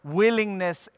willingness